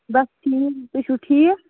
بَس ٹھیٖک تُہۍ چھُو ٹھیٖک